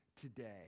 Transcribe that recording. today